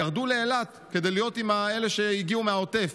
ירדו לאילת כדי להיות עם אלה שהגיעו מהעוטף.